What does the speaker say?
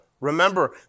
remember